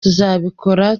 tuzabikora